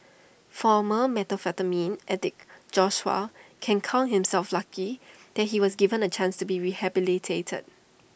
former methamphetamine addict Joshua can count himself lucky that he was given A chance to be rehabilitated